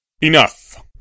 Enough